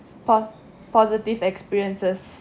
po~ positive experiences